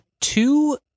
two